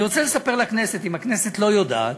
אני רוצה לספר לכנסת, אם הכנסת לא יודעת,